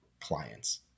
clients